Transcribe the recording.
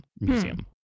Museum